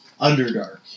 Underdark